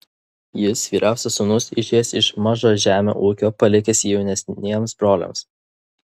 jis vyriausias sūnus išėjęs iš mažažemio ūkio palikęs jį jaunesniems broliams